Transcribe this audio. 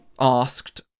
asked